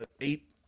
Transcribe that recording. eight